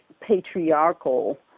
patriarchal